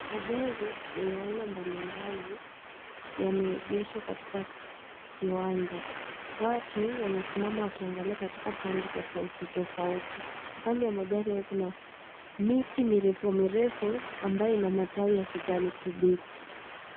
Magari yenye aina mbali mbali yameegeshwa katika kiwanja, watu wamesimama wakiangalia katika pande tofauti tofauti. Kando ya magari hayo kuna miti mirefu mirefu ambayo ina matawi ya kijani kibichi.